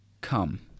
come